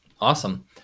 awesome